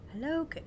Hello